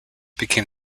became